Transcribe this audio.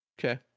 Okay